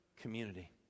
community